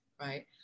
right